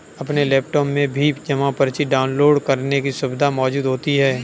अपने लैपटाप में भी जमा पर्ची डाउनलोड करने की सुविधा मौजूद होती है